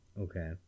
Okay